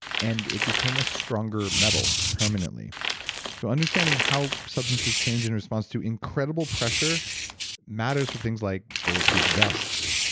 and it became a stronger metal permanently so understanding how substances change in response to incredible pressure matters for things like bulletproof vests.